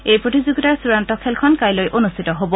এই প্ৰতিযোগিতাৰ চূড়ান্ত খেলখন কাইলৈ অনুষ্ঠিত হব